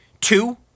two